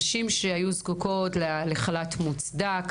נשים שהיו זקוקות לחל"ת מוצדק,